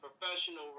professional